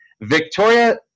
Victoria